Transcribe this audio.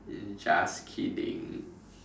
just kidding